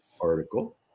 article